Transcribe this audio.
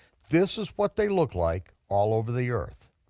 this is what they look like all over the earth.